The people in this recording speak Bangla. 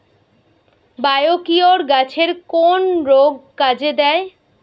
বায়োকিওর গাছের কোন রোগে কাজেদেয়?